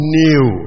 new